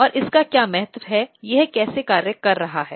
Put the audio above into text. और इसका क्या महत्व है यह कैसे कार्य कर रहा है